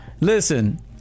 Listen